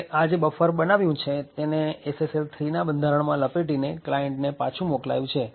હવે આ જે બફર બનાવ્યું છે તેને SSL 3ના બંધારણમાં લપેટીને ક્લાયન્ટને પાછું મોકલાયું છે